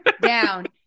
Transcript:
down